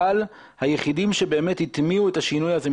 אבל היחידים שבאמת הטמיעו את השינוי הזה,